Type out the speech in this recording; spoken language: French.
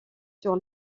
sur